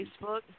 Facebook